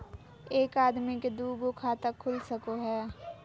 एक आदमी के दू गो खाता खुल सको है?